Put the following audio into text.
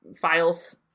files